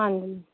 ਹਾਂਜੀ